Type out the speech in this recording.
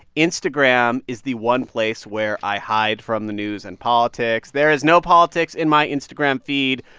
instagram is the one place where i hide from the news and politics. there is no politics in my instagram feed.